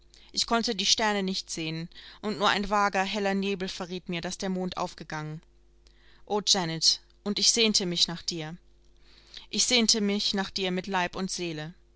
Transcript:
ich konnte die sterne nicht sehen und nur ein vager heller nebel verriet mir daß der mond aufgegangen o janet und ich sehnte mich nach dir ich sehnte mich nach dir mit leib und seele